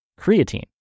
creatine